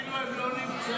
אפילו הם לא נמצאים.